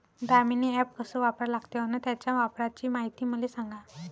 Damini app कस वापरा लागते? अन त्याच्या वापराची मायती मले सांगा